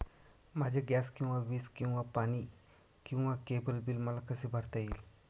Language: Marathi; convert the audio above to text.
माझे गॅस किंवा वीज किंवा पाणी किंवा केबल बिल मला कसे भरता येईल?